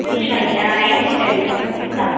fifteen அன்னிக்கு nine to ten சரிங்களா